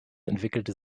entwickelte